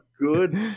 good